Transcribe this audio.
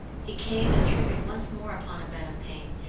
he came and threw me once more upon a bed of pain,